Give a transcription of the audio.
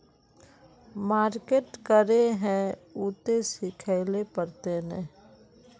Market करे है उ ते सिखले पड़ते नय?